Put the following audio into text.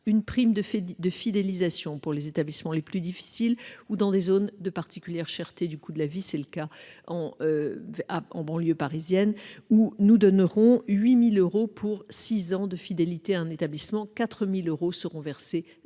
une prime de fidélisation pour les établissements les plus difficiles ou dans les zones de particulière cherté du coût de la vie- c'est le cas en banlieue parisienne où nous donnerons 8 000 euros pour six ans de fidélité à un établissement, 4 000 euros seront versés dès la